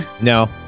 No